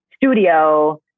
studio